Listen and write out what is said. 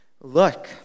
Look